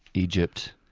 egypt,